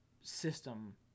system